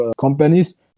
companies